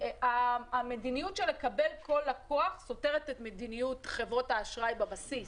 המדיניות לקבל כל לקוח סותרת את מדיניות חברות האשראי בבסיס.